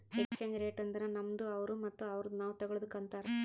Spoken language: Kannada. ಎಕ್ಸ್ಚೇಂಜ್ ರೇಟ್ ಅಂದುರ್ ನಮ್ದು ಅವ್ರು ಮತ್ತ ಅವ್ರುದು ನಾವ್ ತಗೊಳದುಕ್ ಅಂತಾರ್